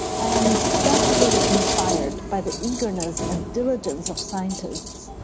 i am especially inspired by the eagerness and diligence of scientists,